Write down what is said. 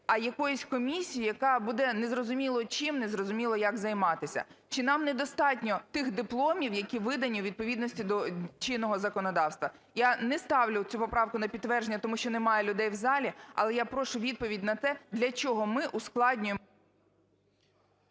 а якоюсь комісією, яка буде незрозуміло чим, незрозуміло як займатися. Чи нам недостатньо тих дипломів, які видані у відповідності до чинного законодавства? Я не ставлю цю поправку на підтвердження, тому що немає людей в залі, але я прошу відповідь на те, для чого ми ускладнюємо…